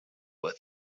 with